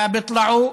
לא יצאו.